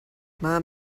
mom